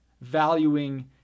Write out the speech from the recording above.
valuing